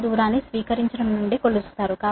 ఈ దూరాన్ని స్వీకరించడం నుండి కొలుస్తారు